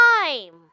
Time